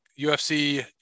UFC